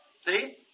See